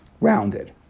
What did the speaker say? rounded